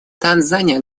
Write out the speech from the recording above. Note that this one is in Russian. танзания